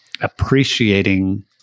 appreciating